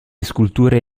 sculture